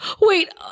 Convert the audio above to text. Wait